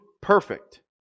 perfect